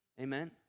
amen